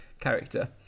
character